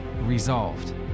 resolved